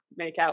makeout